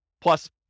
plus